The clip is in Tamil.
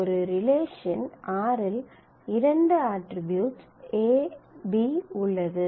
ஒரு ரிலேஷன் r இல் இரண்டு அட்ரிபியூட்ஸ் A B உள்ளது